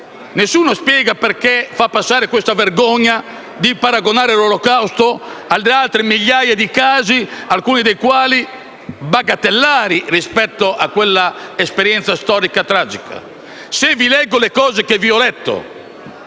Nessuno spiega perché si debba far passare questa vergogna di paragonare l'Olocausto ad altre migliaia di casi, alcuni dei quali bagattellari rispetto a quella tragica esperienza storica. Se vi leggo le cose che vi ho letto